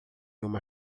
uma